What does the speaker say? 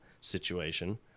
situation